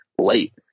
late